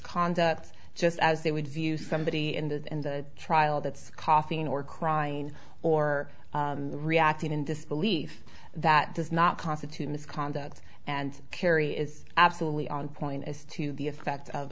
conduct just as they would view somebody in the trial that's coughing or crying or reacting in disbelief that does not constitute misconduct and carrie is absolutely on point as to the effect of